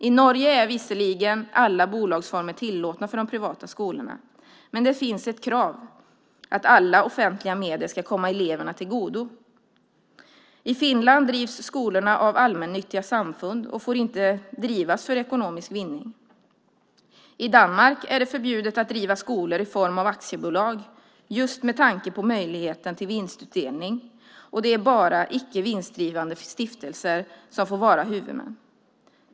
I Norge är visserligen alla bolagsformer tillåtna för de privata skolorna, men det finns ett krav att alla offentliga medel ska komma eleverna till godo. I Finland drivs skolorna av allmännyttiga samfund och får inte drivas för ekonomisk vinning. I Danmark är det förbjudet att driva skolor i form av aktiebolag just med tanke på möjligheten till vinstutdelning, och det är bara icke-vinstdrivande stiftelser som får vara huvudman.